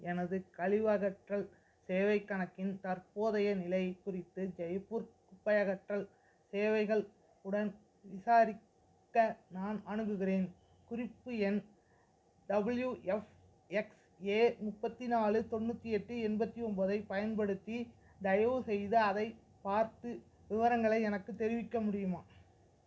எனது கழிவு அகற்றல் சேவை கணக்கின் தற்போதைய நிலைக் குறித்து ஜெய்ப்பூர் குப்பை அகற்றல் சேவைகள் உடன் விசாரிக்க நான் அணுகுகிறேன் குறிப்பு எண் டபுள்யூஎஃப்எக்ஸ்ஏ முப்பத்தி நாலு தொண்ணூற்றி எட்டு எண்பத்தி ஒன்போதைப் பயன்டுத்தி தயவுசெய்து அதைப் பார்த்து விவரங்களை எனக்கு தெரிவிக்க முடியுமா